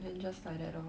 then just like that lor